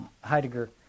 Heidegger